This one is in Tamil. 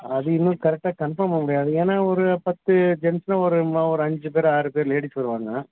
அது இன்னும் கரெக்டாக கன்ஃபார்ம் பண்ண முடியாது ஏன்னால் ஒரு பத்து ஜென்ஸ்னா ஒரு அஞ்சு பேர் ஆறு பேர் லேடிஸ் வருவாங்க